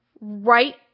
right